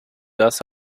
das